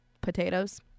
potatoes